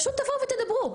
פשוט תבואו ותדברו,